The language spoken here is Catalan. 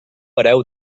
hereu